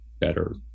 better